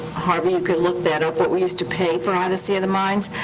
harvey, you could look that up, what we used to pay for odyssey of the minds?